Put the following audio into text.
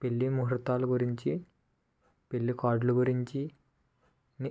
పెళ్లి ముహూర్తాల గురించి పెళ్లి కార్డులు గురించి